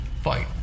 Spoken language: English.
fight